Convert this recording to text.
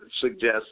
suggest